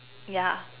yeah